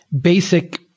basic